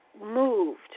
moved